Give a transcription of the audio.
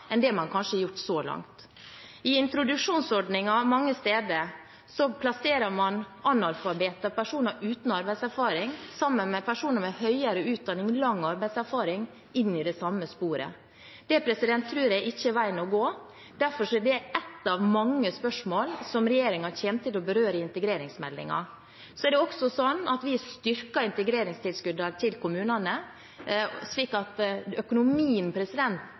enn det man kanskje har gjort så langt. I introduksjonsordningen mange steder plasserer man analfabeter og personer uten arbeidserfaring sammen med personer med høyere utdanning og med lang arbeidserfaring inn i det samme sporet. Det tror jeg ikke er veien å gå. Derfor er dette ett av mange spørsmål som regjeringen kommer til å berøre i integreringsmeldingen. Vi styrker integreringstilskuddet til kommunene, slik at økonomien er